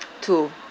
two